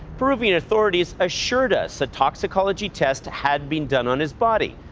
peruvian authorities assured us a toxicology test had been done on his body.